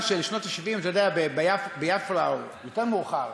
שבשנות ה-70 או יותר מאוחר,